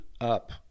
up